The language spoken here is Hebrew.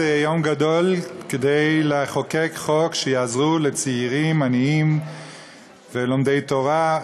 זה יום גדול כדי לחוקק חוק שיעזור לצעירים עניים ולומדי תורה,